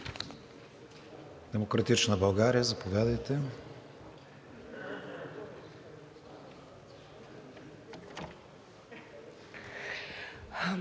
„Демократична България“? Заповядайте,